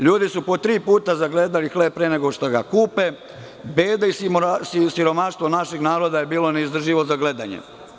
Ljudi su po tri puta zagledali hleb pre nego što ga kupe, beda i siromaštvo našeg naroda je bilo neizdrživo za gledanje.